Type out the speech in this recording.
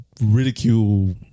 ridicule